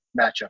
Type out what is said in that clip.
matchup